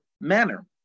manner